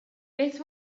beth